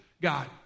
God